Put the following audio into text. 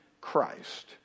Christ